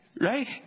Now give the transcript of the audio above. right